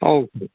औ